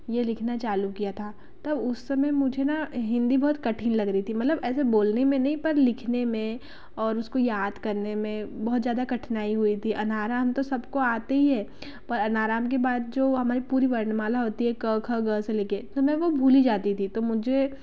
ये लिखना चालू किया था तब उस समय मुझे ना हिंदी बहुत कठिन लग रही थी मतलब ऐसे बोलने में नहीं पर लिखने में और उसको याद करने में बहुत ज़्यादा कठिनाई हुई थी अनार आम तो सबको आते ही हैं पर अनार आम के बाद जो हमारी पूरी वर्णमाला होती है क ख ग से लेके तो मैं वो भूल ही जाती थी तो मुझे